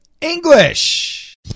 English